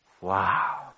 Wow